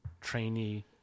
trainee